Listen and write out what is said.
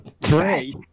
Three